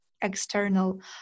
external